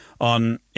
On